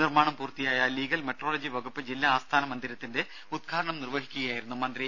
നിർമ്മാണം പൂർത്തിയായ legal metrology വകുപ്പ് ജില്ലാ ആസ്ഥാന മന്ദിരത്തിന്റെ ഉദ്ഘാടനം നിർവഹിക്കുകയായിരുന്നു മന്ത്രി